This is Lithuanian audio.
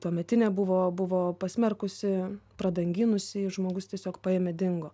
tuometinė buvo buvo pasmerkusi pradanginusi žmogus tiesiog paėmė dingo